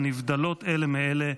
הנבדלות אלה מאלה,